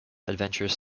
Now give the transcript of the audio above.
adventures